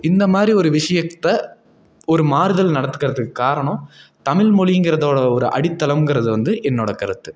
இந்த மாதிரி ஒரு விஷயத்த ஒரு மாறுதல் நடக்கிறதுக்கு காரணம் தமிழ் மொழிங்கிறதோட ஒரு அடித்தளம்ங்கிறது வந்து என்னோடய கருத்து